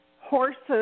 horses